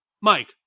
Mike